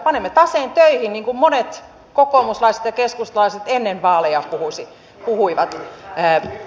panemme taseen töihin niin kuin monet kokoomuslaiset ja keskustalaiset ennen vaaleja puhuivat